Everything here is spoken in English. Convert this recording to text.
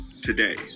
today